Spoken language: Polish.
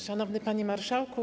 Szanowny Panie Marszałku!